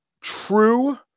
true